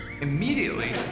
Immediately